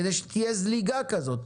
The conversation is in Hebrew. כדי שכן תהיה זליגה כזאת.